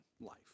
life